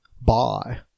Bye